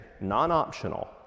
non-optional